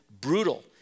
brutal